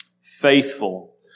faithful